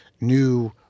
new